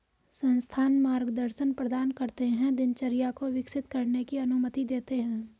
संस्थान मार्गदर्शन प्रदान करते है दिनचर्या को विकसित करने की अनुमति देते है